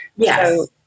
Yes